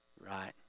Right